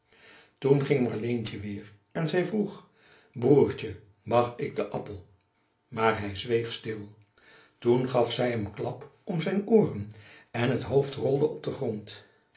toen ging marleentje weer en zij vroeg broertje mag ik den appel maar hij zweeg stil toen gaf zij hem een klap om zijn ooren en het hoofd rolde op den grond